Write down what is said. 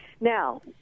Now